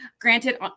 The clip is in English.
granted